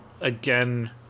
again